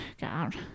God